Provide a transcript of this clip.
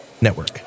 Network